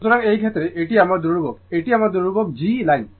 সুতরাং এই ক্ষেত্রে এটি আমার ধ্রুবক এটি আমার ধ্রুবক G লাইন